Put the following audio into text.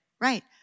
Right